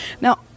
Now